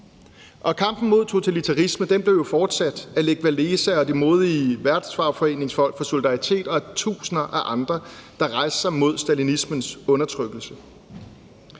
Og kampen mod totalitarisme blev jo fortsat af Lech Wałęsa og de modige værftsfagforeningsfolk fra Solidaritet og tusinder af andre, der rejste sig mod stalinismens undertrykkelse.